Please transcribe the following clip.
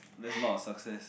that's not a success